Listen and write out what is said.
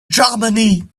germany